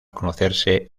conocerse